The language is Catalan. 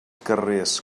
carrers